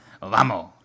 vamos